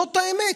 זאת האמת.